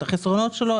את החסרונות שלה,